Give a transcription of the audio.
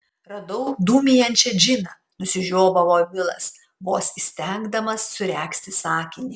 radau dūmijančią džiną nusižiovavo vilas vos įstengdamas suregzti sakinį